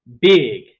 big